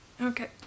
Okay